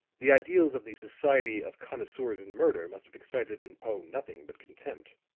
the ideals of the society of connoisseurs in murder must have excited in poe nothing but contempt.